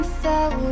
fell